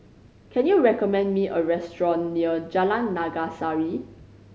can you recommend me a restaurant near Jalan Naga Sari